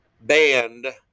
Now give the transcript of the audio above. banned